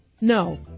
no